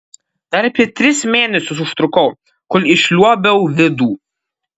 dar apie tris mėnesius užtrukau kol išliuobiau vidų